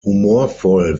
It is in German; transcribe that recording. humorvoll